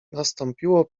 nastąpiło